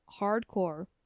hardcore